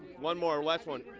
one more. last one.